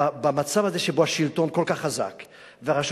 במצב הזה שבו השלטון כל כך חזק והרשות